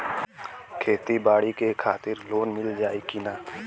खेती बाडी के खातिर लोन मिल जाई किना?